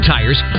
Tires